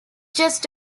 just